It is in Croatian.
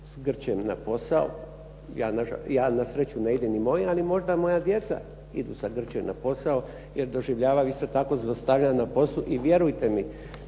sa grčem u posao, ja nasreću ne idem, ali možda moja djeca idu sa grčem na posao, jer doživljavaju isto tako zlostavljanje na poslu i vjerujte mi,